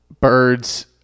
Birds